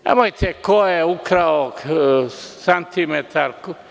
Nemojte ko je ukrao santimetar.